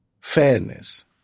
fairness